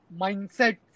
mindset